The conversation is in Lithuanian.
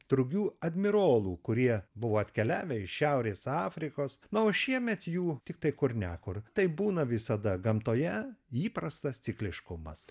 drugių admirolų kurie buvo atkeliavę iš šiaurės afrikos na o šiemet jų tiktai kur ne kur taip būna visada gamtoje įprastas cikliškumas